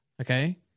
okay